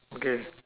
okay